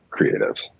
creatives